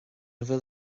bhfuil